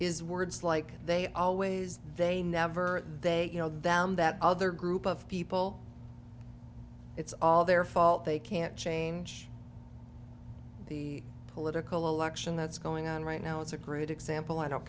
is words like they always they never they you know them that other group of people it's all their fault they can't change the political election that's going on right now is a crude example i don't